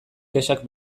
kexak